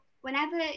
Whenever